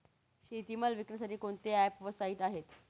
शेतीमाल विकण्यासाठी कोणते ॲप व साईट आहेत?